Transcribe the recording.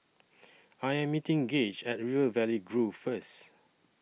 I Am meeting Gage At River Valley Grove First